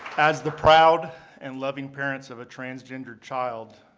as the proud and loving parents of a transgender child,